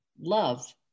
love